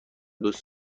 دوست